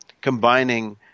combining